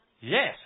Yes